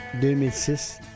2006